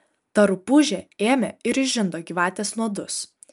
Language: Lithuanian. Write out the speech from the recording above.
ta rupūžė ėmė ir išžindo gyvatės nuodus